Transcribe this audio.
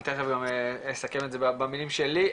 תיכף גם אסכם את זה גם במילים שלי,